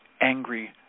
angry